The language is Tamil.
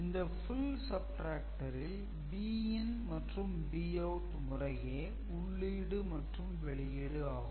இந்த "Full subtractor" ல் bin மற்றும் bout முறையே உள்ளீடு மற்றும் வெளியீடு ஆகும்